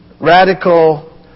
Radical